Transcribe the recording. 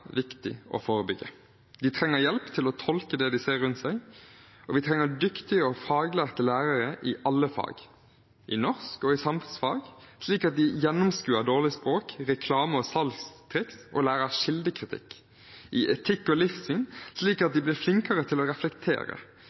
viktig å forebygge. De trenger hjelp til å tolke det de ser rundt seg. Vi trenger dyktige og faglærte lærere i alle fag – i norsk og i samfunnsfag, slik at de gjennomskuer dårlig språk, reklame og salgstriks og lærer kildekritikk, og i etikk og livssyn, slik at de blir flinkere til å reflektere.